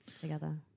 together